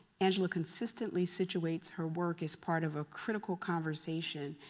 angela consistently situates her work as part of a critical conversation.